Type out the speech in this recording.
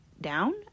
down